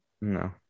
no